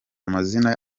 amazina